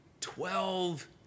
Twelve